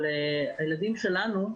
אבל הילדים שלנו,